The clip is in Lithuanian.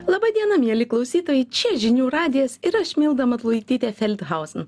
laba diena mieli klausytojai čia žinių radijas ir aš milda matulaitytė feldhausen